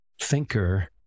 thinker